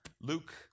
Luke